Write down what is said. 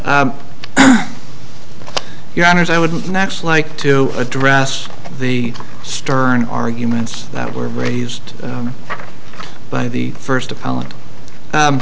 your honors i wouldn't next like to address the stern arguments that were raised by the first